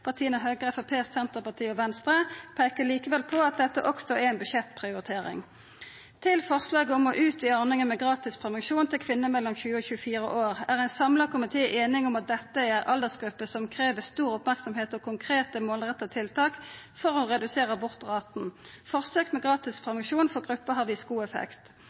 partia Høgre, Framstegspartiet, Senterpartiet og Venstre, peiker likevel på at dette også er ei budsjettprioritering. Når det gjeld forslaget om å utvida ordninga med gratis prevensjon til kvinner mellom 20 og 24 år, er ein samla komité einig om at dette er ei aldersgruppe som krev stor merksemd og konkrete, målretta tiltak for å redusera abortraten. Forsøk med gratis prevensjon for gruppa har vist god effekt.